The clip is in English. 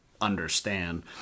understand